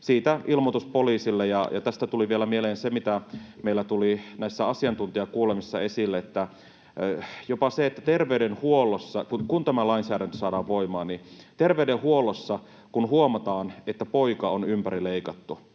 siitä ilmoitus poliisille. Ja tästä tuli vielä mieleen se, mitä meillä tuli näissä asiantuntijakuulemisissa esille, että kun tämä lainsäädäntö saadaan voimaan, niin terveydenhuollossa, jopa kun huomataan, että poika on ympärileikattu,